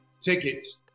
tickets